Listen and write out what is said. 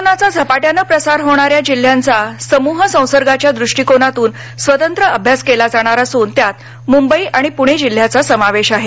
कोरोनाचा झपाट्यानं प्रसार होणाऱ्या जिल्ह्यांचा समूह संसर्गाच्या दृष्टिकोनातून स्वतंत्र अभ्यास केला जाणार असून त्यात मुंबई आणि पुणे जिल्ह्याचाही समावेश आहे